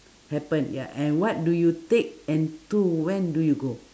happen ya and what do you take and to when do you go